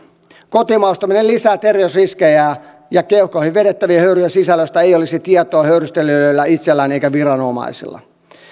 kotimaustaminen lisää terveysriskejä ja ja keuhkoihin vedettävien höyryjen sisällöstä ei olisi tietoa höyrystelijöillä itsellään eikä viranomaisilla